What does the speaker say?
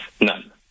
none